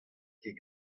ket